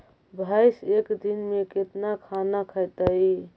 भैंस एक दिन में केतना खाना खैतई?